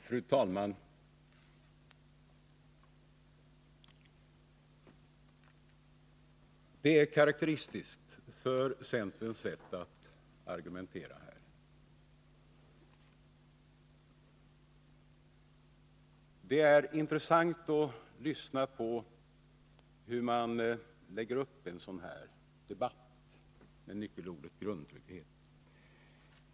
Fru talman! Gösta Anderssons replik är karakteristisk för centerns sätt att argumenterar, och det är intressant att lyssna på hur man lägger upp en sådan 45 Nr 22 här debatt med nyckelordet grundtrygghet.